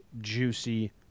juicy